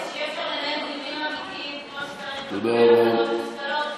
כדי שיהיה אפשר לנהל דיונים אמיתיים כמו שצריך ולקבל החלטות מושכלות,